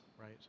right